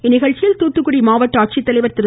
இந்நிகழ்ச்சியில் தூத்துக்குடி மாவட்ட ஆட்சித்தலைவர் திரு